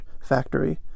factory